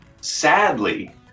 sadly